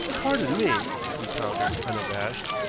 pardon me, he countered, unabashed,